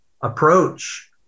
approach